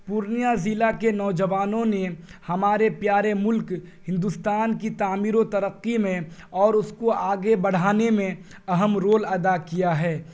پورنیا ضلع کے نوجوانوں نے ہمارے پیارے ملک ہندوستان کی تعمیر و ترقی میں اور اس کو آگے بڑھانے میں اہم رول ادا کیا ہے